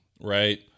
right